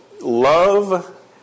Love